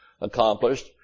accomplished